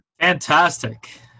Fantastic